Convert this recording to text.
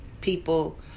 people